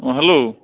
অঁ হেল্ল'